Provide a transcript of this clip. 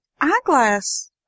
eyeglass